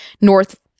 north